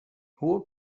hohe